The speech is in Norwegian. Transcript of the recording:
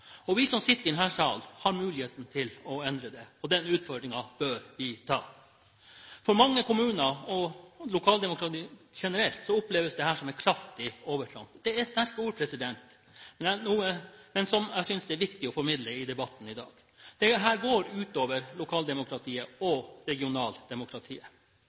løypenett. Vi som sitter i denne sal, har muligheten til å endre det, og den utfordringen bør vi ta. For mange kommuner og for lokaldemokratiet generelt oppleves dette som et kraftig overtramp. Det er sterke ord, men noe jeg synes det er viktig å formidle i debatten i dag. Dette går ut over lokaldemokratiet og regionaldemokratiet.